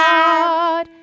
God